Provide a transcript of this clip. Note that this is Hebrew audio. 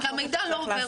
כי המידע לא עובר.